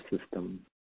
system